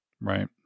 Right